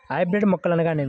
Hybrid మొక్కలు అనగానేమి?